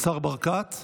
כבוד היושב-ראש,